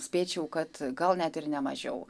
spėčiau kad gal net ir nemažiau